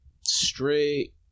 straight